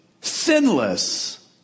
sinless